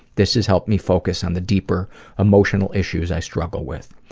this has helped me focus on the deeper emotional issues i struggle with.